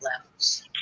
levels